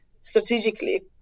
strategically